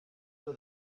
for